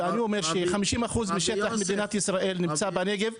ואני אומר ש-50% משטח מדינת ישראל נמצא בנגב,